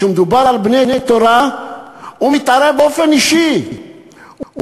כשמדובר על בני תורה הוא מתערב באופן אישי ומבקש